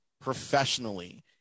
professionally